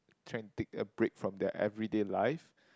trying to take a break from their everyday life